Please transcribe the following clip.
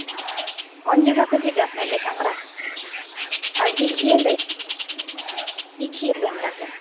हँ कोन जगह पर जेबै अपने लैके हमरा आ की खियबै की खियबै हमराके